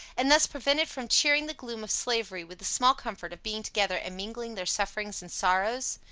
and thus prevented from cheering the gloom of slavery with the small comfort of being together and mingling their sufferings and sorrows?